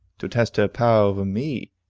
to test her power over me,